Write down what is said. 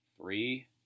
three